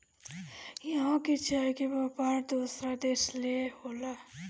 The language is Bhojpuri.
इहवां के चाय के व्यापार दोसर देश ले होला